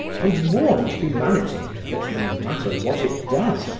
and warned humanity that no matter what it does,